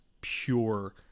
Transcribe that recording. pure